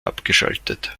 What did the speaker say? abgeschaltet